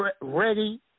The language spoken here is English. Ready